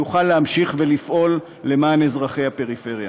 כדי שיוכל להמשיך ולפעול למען אזרחי הפריפריה.